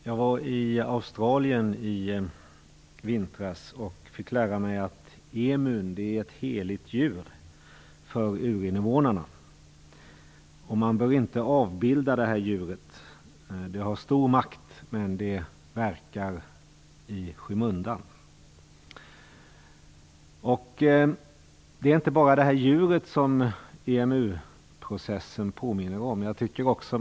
Herr talman! Jag var i Australien i vintras och fick lära mig att emun är ett heligt djur för urinvånarna. Man bör inte avbilda djuret. Det har stor makt, men det verkar i skymundan. Det är inte bara djuret som EMU-processen påminner om.